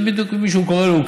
ובדיוק מישהו קורא לו,